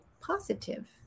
positive